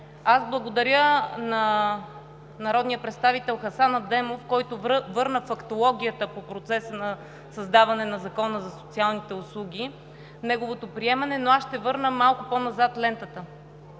Аз благодаря на народния представител Хасан Адемов, който върна фактологията по процеса на създаване на Закона за социалните услуги до неговото приемане, но аз ще върна малко по-назад лентата.